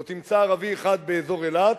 לא תמצא ערבי אחד באזור אילת,